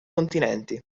continenti